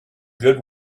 good